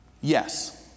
yes